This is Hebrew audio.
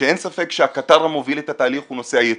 שאין ספק שהקטר המוביל את התהליך הוא נושא הייצוא.